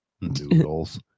Noodles